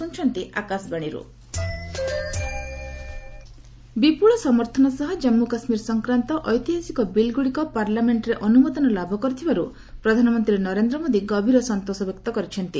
PM J and K bills ବିପୁଳ ସମର୍ଥନ ସହ ଜାମ୍ଗୁ କାଶ୍ମୀର ସଂକ୍ରାନ୍ତ ଐତିହାସିକ ବିଲ୍ଗୁଡିକ ପାର୍ଲାମେଣ୍ଟରେ ଅନୁମୋଦନ ଲାଭ କରିଥିବାରୁ ପ୍ରଧାନମନ୍ତ୍ରୀ ନରେନ୍ଦ୍ର ମୋଦି ଗଭୀର ସନ୍ତୋଷ ବ୍ୟକ୍ତ କରିଛନ୍ତି